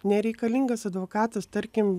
nereikalingas advokatas tarkim